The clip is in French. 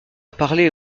parler